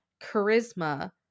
charisma